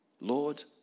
Lord